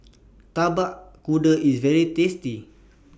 Tapak Kuda IS very tasty